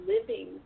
living